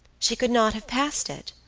she could not have passed it.